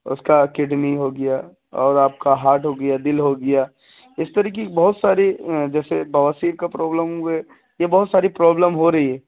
اس کا کڈنی ہو گیا اور آپ کا ہارڈ ہو گیا دل ہو گیا اس طرح کی بہت ساری جیسے بواسیر کا پرابلم ہو گئے یہ بہت ساری پرابلم ہو رہی ہے